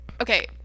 Okay